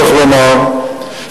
צריך לומר,